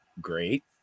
Great